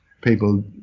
people